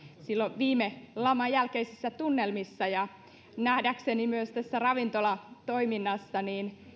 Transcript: silloin viime laman jälkeisissä tunnelmissa nähdäkseni myös tässä ravintolatoiminnassa